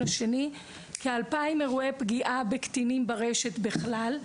השני כ-2,000 אירועי פגיעה בקטינים ברשת בכלל,